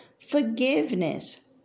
forgiveness